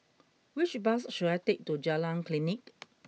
which bus should I take to Jalan Klinik